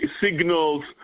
signals